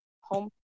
home